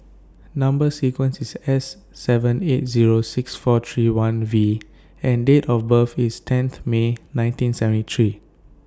Number sequence IS S seven eight Zero six four three one V and Date of birth IS tenth May nineteen seventy three